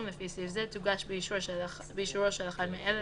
לפי סעיף זה תוגש באישורו של אחד מאלה,